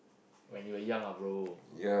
when you were young ah bro